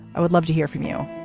i would love to hear from you.